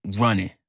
running